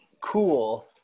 cool